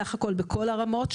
סך הכול בכל הרמות,